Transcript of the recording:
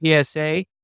PSA